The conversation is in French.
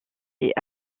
est